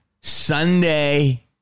Sunday